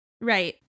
Right